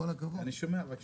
אני שומע, בבקשה.